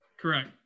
Correct